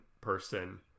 person